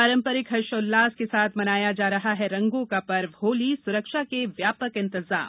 पारंपरिक हर्षोल्लास के साथ मनाया जा रहा है रंगों का पर्व होली सुरक्षा के व्यापक इंतजाम